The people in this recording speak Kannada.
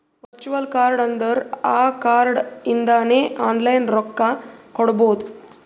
ವರ್ಚುವಲ್ ಕಾರ್ಡ್ ಅಂದುರ್ ಆ ಕಾರ್ಡ್ ಇಂದಾನೆ ಆನ್ಲೈನ್ ರೊಕ್ಕಾ ಕೊಡ್ಬೋದು